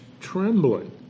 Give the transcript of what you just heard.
trembling